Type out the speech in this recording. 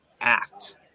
act